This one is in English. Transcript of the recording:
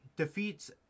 Defeats